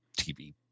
TV